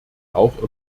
auch